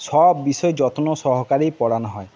সব বিষয়ে যত্ন সহকারেই পড়ানো হয়